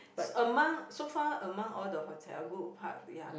is among so far among all the hotel goodwood park ya